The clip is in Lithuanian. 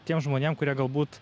tiem žmonėm kurie galbūt